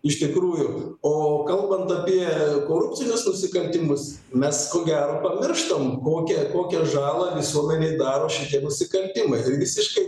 iš tikrųjų o kalbant apie korupcinius nusikaltimus mes ko gero pamirštam kokią kokią žalą visuomenei daro šitie nusikaltimai ir visiškai